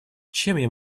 чем